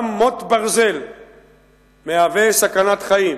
גם מוט ברזל מהווה סכנת חיים.